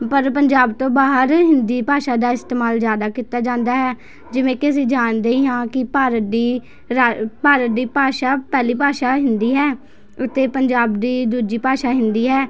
ਪਰ ਪੰਜਾਬ ਤੋਂ ਬਾਹਰ ਹਿੰਦੀ ਭਾਸ਼ਾ ਦਾ ਇਸਤੇਮਾਲ ਜ਼ਿਆਦਾ ਕੀਤਾ ਜਾਂਦਾ ਹੈ ਜਿਵੇਂ ਕਿ ਅਸੀਂ ਜਾਣਦੇ ਹੀ ਹਾਂ ਕਿ ਭਾਰਤ ਦੀ ਰਾ ਭਾਰਤ ਦੀ ਭਾਸ਼ਾ ਪਹਿਲੀ ਭਾਸ਼ਾ ਹਿੰਦੀ ਹੈ ਅਤੇ ਪੰਜਾਬ ਦੀ ਦੂਜੀ ਭਾਸ਼ਾ ਹਿੰਦੀ ਹੈ